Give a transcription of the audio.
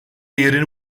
yerini